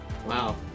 Wow